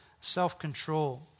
self-control